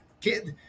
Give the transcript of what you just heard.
kid